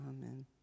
Amen